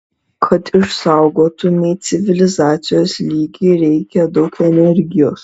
kad išsaugotumei civilizacijos lygį reikia daug energijos